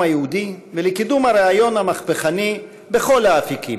היהודי ולקידום הרעיון המהפכני בכל האפיקים.